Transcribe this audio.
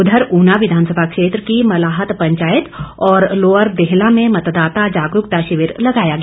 उधर ऊना विधानसभा क्षेत्र की मलाहत पंचायत और लोअर देहलां में मतदाता जागरूकता शिविर लगाया गया